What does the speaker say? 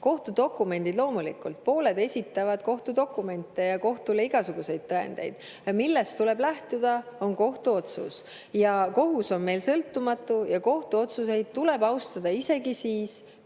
Kohtudokumendid loomulikult, pooled esitavad kohtudokumente, [esitavad] kohtule igasuguseid tõendeid. See, millest tuleb lähtuda, on kohtuotsus. Ja kohus on meil sõltumatu ja kohtuotsuseid tuleb austada isegi siis, kui